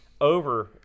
over